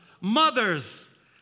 Mothers